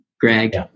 Greg